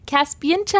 Caspian